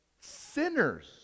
sinners